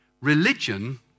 Religion